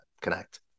connect